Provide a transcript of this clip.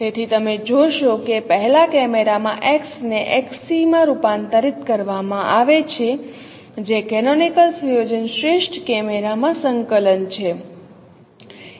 તેથી તમે જોશો કે પહેલા કેમેરામાં x ને xc માં રૂપાંતરિત કરવામાં આવે છે જે કેનોનિકલ સુયોજન શ્રેષ્ઠ કેમેરામાં સંકલન છે